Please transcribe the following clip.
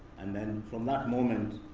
and then from that moment,